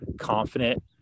confident